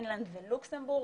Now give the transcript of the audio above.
פינלנד ולוקסמבורג,